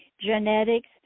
genetics